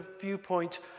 viewpoint